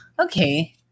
Okay